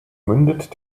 mündet